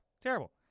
Terrible